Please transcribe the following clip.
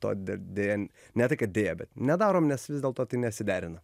to dar deja ne tai kad deja bet nedarom nes vis dėlto tai nesiderina